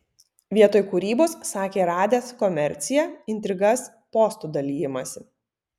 vietoj kūrybos sakė radęs komerciją intrigas postų dalijimąsi